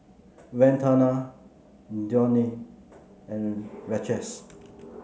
Vandana Dhoni and Rajesh